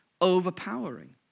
overpowering